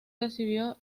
recibió